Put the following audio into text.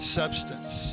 substance